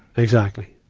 exactly.